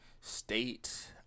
state